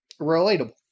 relatable